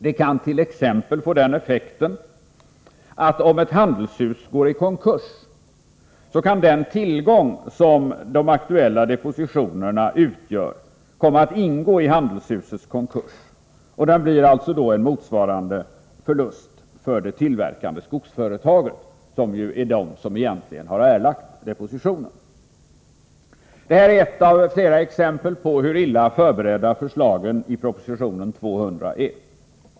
Det kan t.ex. få den effekten att om ett handelshus går i konkurs, så kan den tillgång som de aktuella depositionerna utgör komma att ingå i handelshusets konkurs, och den blir alltså då en motsvarande förlust för det tillverkande skogsföretaget, som ju egentligen har erlagt depositionen. Det här är ett av fler exempel på hur illa förberedda förslagen i proposition 200 är.